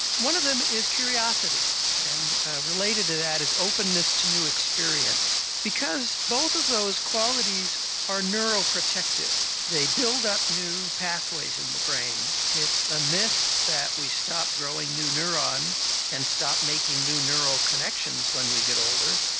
one of them is curiosity, and related to that is openness to new experience, because both of those qualities are neuro-protective. they build up new pathways in the brain. it's a myth that we stop growing new neurons and stop making new neural connections when we get older.